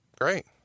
great